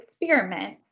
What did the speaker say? experiment